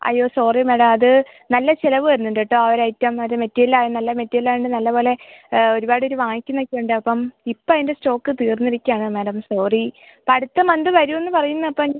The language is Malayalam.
അയ്യോ സോറി മാഡം അത് നല്ല ചിലവ് വരുന്നുണ്ട് കേട്ടോ ആ ഒരു ഐറ്റം അത് മെറ്റീരിയലാണ് നല്ല മെറ്റീരിയലായത് കൊണ്ട് നല്ല പോലെ ഒരുപാട് പേര് വാങ്ങിക്കുന്നൊക്കെ ഉണ്ട് അപ്പോൾ ഇപ്പം അതിൻ്റെ സ്റ്റോക്ക് തീർന്ന് ഇരിക്കുകയാണ് മാഡം സോറി ഇപ്പം അടുത്ത മന്ത് വരും എന്ന് പറയുന്നത് അപ്പം